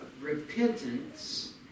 repentance